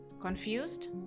Confused